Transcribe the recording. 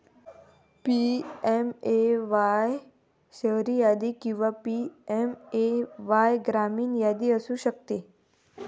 PMAY शहरी यादी किंवा पी.एम.ए.वाय ग्रामीण यादी असू शकते